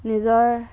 নিজৰ